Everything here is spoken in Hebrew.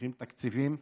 תקציבים,